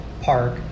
park